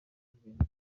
ubwenge